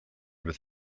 with